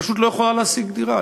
פשוט לא יכולה להשיג דירה,